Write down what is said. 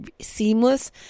seamless